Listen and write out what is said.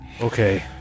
Okay